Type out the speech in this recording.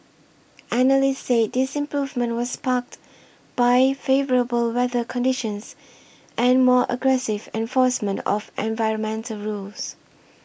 analysts said this improvement was sparked by favourable weather conditions and more aggressive enforcement of environmental rules